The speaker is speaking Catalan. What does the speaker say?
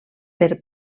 per